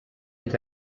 est